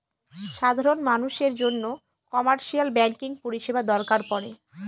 সাধারন মানুষের জন্য কমার্শিয়াল ব্যাঙ্কিং পরিষেবা দরকার পরে